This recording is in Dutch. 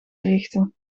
richten